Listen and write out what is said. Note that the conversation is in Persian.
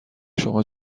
شما